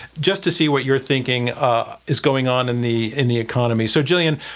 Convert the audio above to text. just to see what you're thinking ah is going on in the in the economy. so gillian,